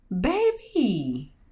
Baby